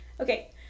Okay